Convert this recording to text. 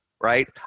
right